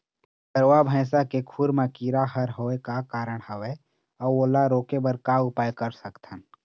गरवा भैंसा के खुर मा कीरा हर होय का कारण हवए अऊ ओला रोके बर का उपाय कर सकथन?